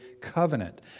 covenant